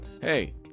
hey